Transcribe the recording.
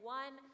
one